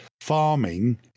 farming